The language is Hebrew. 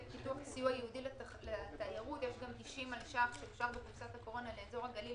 סיוע ייעודי לתיירות יש גם 90 אלש"ח לאזור הגליל